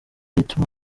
ituma